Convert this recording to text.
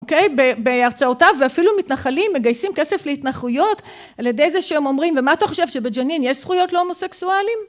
אוקיי, בהרצאותיו, ואפילו מתנחלים מגייסים כסף להתנחלויות על ידי זה שהם אומרים: ומה אתה חושב, שבג'נין יש זכויות להומוסקסואליים?